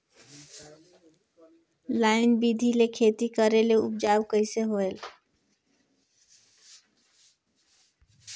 Line बिधी ले खेती करेले उपजाऊ कइसे होयल?